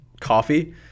coffee